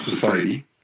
Society